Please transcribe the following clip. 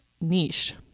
niche